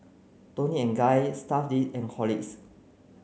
Toni and Guy Stuff'd and Horlicks